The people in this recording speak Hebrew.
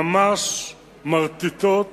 ממש מרטיטות